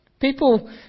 People